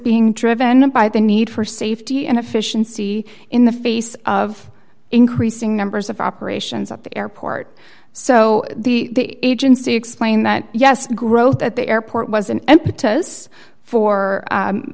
being driven by the need for safety and efficiency in the face of increasing numbers of operations at the airport so the agency explained that yes growth at the airport was an impetus for